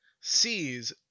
sees